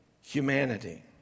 humanity